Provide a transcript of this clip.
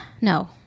no